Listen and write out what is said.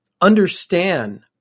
understand